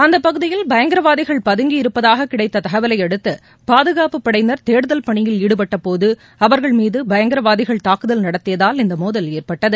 அந்தப்பகுதியில் பயங்கரவாதிகள் பதுங்கியிருப்பதாக கிடைத்த தகவலையடுத்து பாதுகாப்பு படையினர் தேடுதல் பணியில் ஈடுபட்டபோது அவர்கள் மீது பயங்கரவாதிகள் தாக்குதல் நடத்தியதால் இந்த மோதல் ஏற்பட்டது